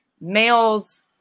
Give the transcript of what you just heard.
males